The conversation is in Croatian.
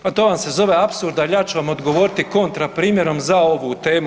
Pa to vam se zove apsurd, ali ja ću vam odgovoriti kontra primjerom za ovu temu.